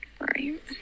Right